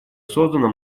создано